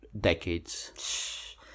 decades